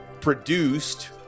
produced